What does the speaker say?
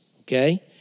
okay